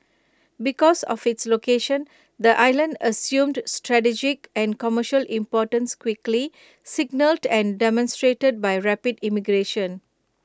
because of its location the island assumed strategic and commercial importance quickly signalled and demonstrated by rapid immigration